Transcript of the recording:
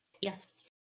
Yes